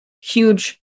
Huge